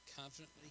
confidently